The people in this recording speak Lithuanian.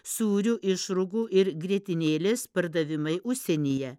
sūrių išrūgų ir grietinėlės pardavimai užsienyje